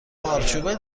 مارچوبه